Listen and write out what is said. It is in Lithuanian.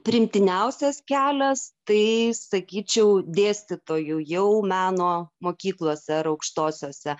priimtiniausias kelias tai sakyčiau dėstytojų jau meno mokyklose ar aukštosiose